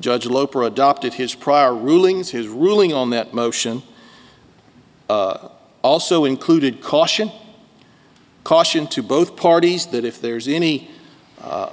judge loper adopted his prior rulings his ruling on that motion also included caution caution to both parties that if there's any